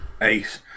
Ace